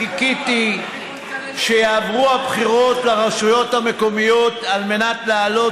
חיכיתי שיעברו הבחירות לרשויות המקומיות על מנת להעלות